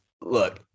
look